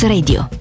Radio